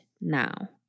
now